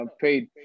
paid